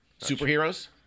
Superheroes